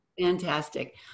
Fantastic